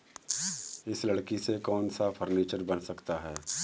इस लकड़ी से कौन सा फर्नीचर बन सकता है?